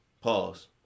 pause